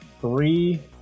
three